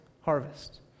harvest